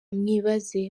mwibaze